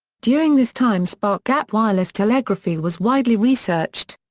during this time spark-gap wireless telegraphy was widely researched.